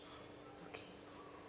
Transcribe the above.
okay